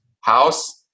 house